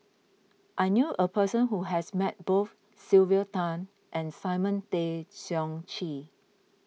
I knew a person who has met both Sylvia Tan and Simon Tay Seong Chee